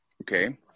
Okay